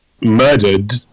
murdered